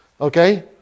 Okay